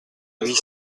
huit